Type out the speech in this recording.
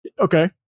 Okay